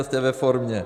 Jste ve formě.